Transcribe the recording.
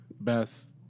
best